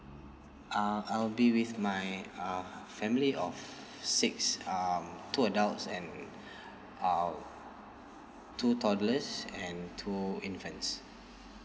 uh I'll be with my uh family of six um two adults and uh two toddlers and two infants